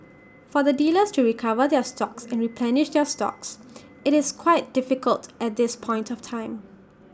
for the dealers to recover their stocks and replenish their stocks IT is quite difficult at this point of time